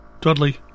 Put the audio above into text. Dudley